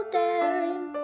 daring